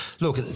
look